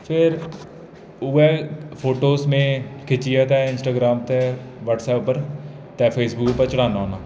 फिर उ'ऐ फोटोज में खिच्चियै ते इंस्टाग्रांम ते वटसऐप उप्पर जां फेसबुक ते चढ़ाना होन्नां